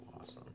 awesome